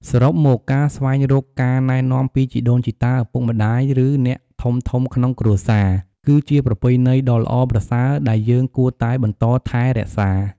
សរុបមក ការស្វែងរកការណែនាំពីជីដូនជីតា ឪពុកម្ដាយ ឬអ្នកធំៗក្នុងគ្រួសារ គឺជាប្រពៃណីដ៏ល្អប្រសើរដែលយើងគួរតែបន្តថែរក្សា។